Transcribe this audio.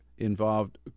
involved